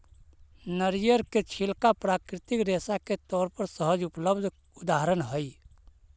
नरियर के छिलका प्राकृतिक रेशा के तौर पर सहज उपलब्ध उदाहरण हई